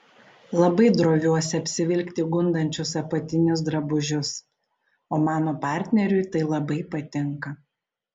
labai droviuosi apsivilkti gundančius apatinius drabužius o mano partneriui tai labai patinka